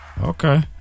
okay